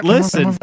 Listen